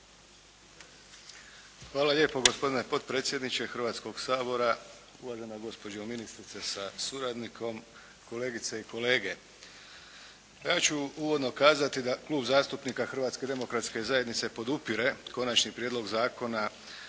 Hvala lijepo gospodine potpredsjedniče Hrvatskoga sabora, uvažena gospođo ministrice sa suradnikom, kolegice i kolege. Ja ću uvodno kazati da Klub zastupnika Hrvatske demokratske zajednice podupire Konačni prijedlog Zakona